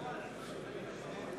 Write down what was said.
זאב